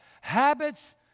habits